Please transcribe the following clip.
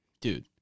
dude